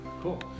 Cool